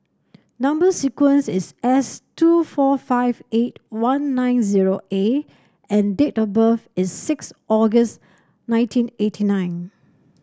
number sequence is S two four five eight one nine zero A and date of birth is six August nineteen eighty nine